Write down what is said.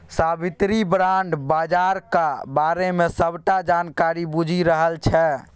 साबित्री bond बजारक बारे मे सबटा जानकारी बुझि रहल छै